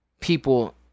people